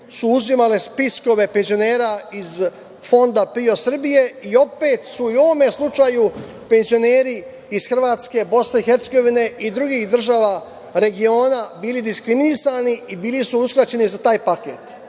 su uzimale spiskove penzionera iz Fonda PIO Srbije i opet su, i u ovom slučaju, penzioneri iz Hrvatske, BiH i drugih država regiona bili diskriminisani i bili su uskraćeni za taj